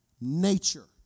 nature